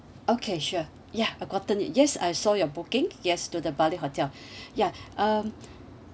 okay sure ya I gotten it yes I saw your booking yes to the bali hotel ya um